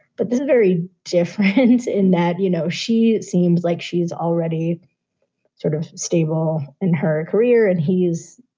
but there's a very dear friends in that, you know, she seems like she's already sort of stable in her career. and he is,